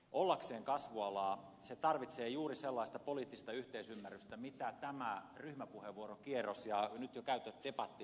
ollakseen kasvualaa se tarvitsee juuri sellaista poliittista yhteisymmärrystä mitä tämä ryhmäpuheenvuorokierros ja nyt käyty debatti osoittavat